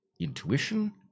intuition